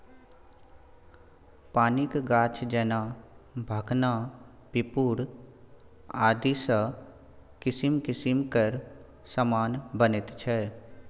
पानिक गाछ जेना भखना पिपुर आदिसँ किसिम किसिम केर समान बनैत छै